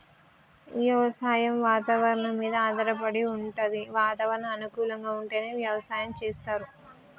వ్యవసాయం వాతవరణం మీద ఆధారపడి వుంటది వాతావరణం అనుకూలంగా ఉంటేనే వ్యవసాయం చేస్తరు